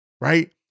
right